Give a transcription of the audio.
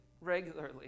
regularly